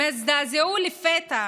הם הזדעזעו לפתע